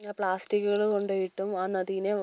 പ്ലാസ്റ്റിക്കുകള് കൊണ്ടുപോയിട്ടും ആ നദീനെ